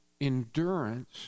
endurance